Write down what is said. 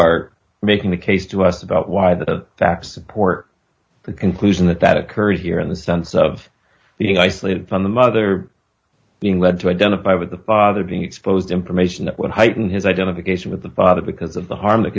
are making the case to us about why the facts support the conclusion that that occurred here in the sense of being isolated from the mother being led to identify with the father being exposed information that would heighten his identification with the father because of the harm that